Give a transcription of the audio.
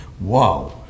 Wow